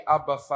Abba